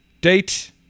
date